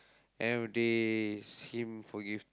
end of the day is him forgive